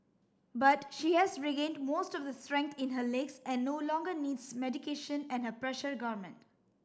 but she has regained most of the strength in her legs and no longer needs medication and her pressure garment